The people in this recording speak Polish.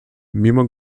mimo